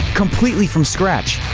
completely from scratch?